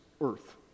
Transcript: earth